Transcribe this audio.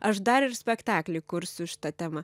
aš dar ir spektaklį kursiu šita tema